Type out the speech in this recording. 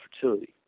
fertility